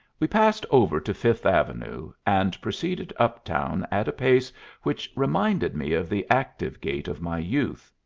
we passed over to fifth avenue, and proceeded uptown at a pace which reminded me of the active gait of my youth.